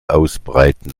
ausbreiten